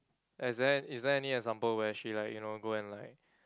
is there is there any example where she like you know go and like